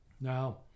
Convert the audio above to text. Now